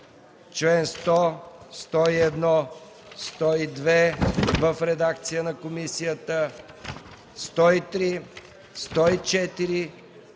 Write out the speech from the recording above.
членове 100, 101, 102 – в редакция на комисията, 103, 104,